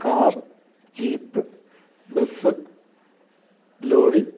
car jeep bus lorry